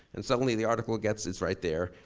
and suddenly the article gets, it's right there,